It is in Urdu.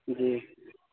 جی